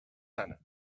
planet